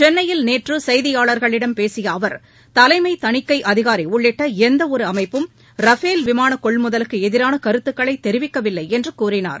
சென்னையில் நேற்று செய்தியாளர்களிடம் பேசிய அவர் தலைமை தணிக்கை அதிகாரி உள்ளிட்ட எந்தவொரு அமைப்பும் ரஃபேல் விமான கொள்முதலுக்கு எதிரான கருத்துக்களை தெரிவிக்கவில்லை என்று கூறினார்